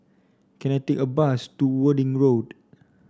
can I take a bus to Worthing Road